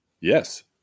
Yes